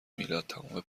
میلاد، تمام